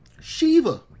Shiva